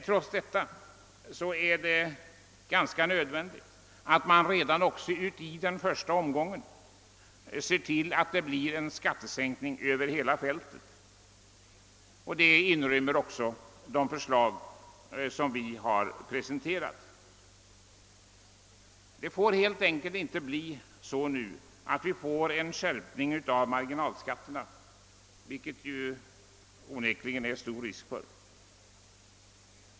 Trots detta är det ganska nödvändigt att man redan i första omgången ser till att det blir en skattesänkning över hela fältet. Det gäller även beträffande de förslag som vi har presenterat. Det får helt enkelt inte bli så att vi får en skärpning av marginalskatterna, vilket det ju onekligen är stor risk för.